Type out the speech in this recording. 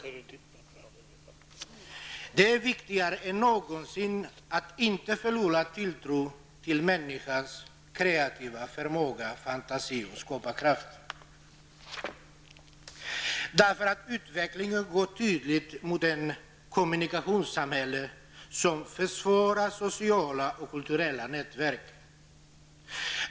Det är i dag viktigare än någonsin att inte förlora tilltron till människans kreativa förmåga, fantasi och skaparkraft; Därför att utvecklingen går tydligt mot ett kommunikationssamhälle som försvarar sociala och kulturella nätverk.